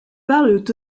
parlent